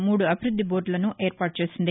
మూడు అభివృద్ధి బోర్డులను ఏర్పాటు చేసింది